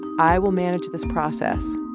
i will manage this process.